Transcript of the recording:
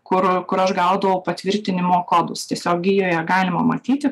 kur kur aš gaudavau patvirtinimo kodus tiesiog gijoje galima matyti